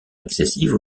excessive